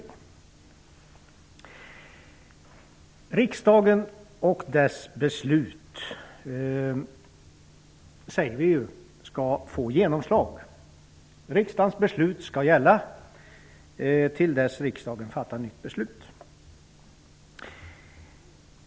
Det sägs att riksdagens beslut skall få genomslag. Riksdagens beslut skall gälla till dess riksdagen fattar ett nytt beslut.